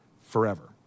forever